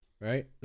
Right